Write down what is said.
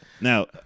Now